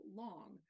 long